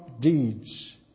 deeds